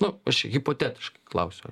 nu aš čia hipotetiškai klausiu